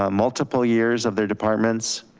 ah multiple years of their departments.